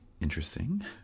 interesting